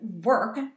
work